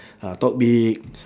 ah talk big